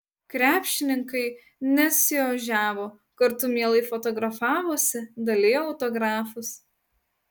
krepšininkai nesiožiavo kartu mielai fotografavosi dalijo autografus